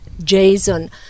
Jason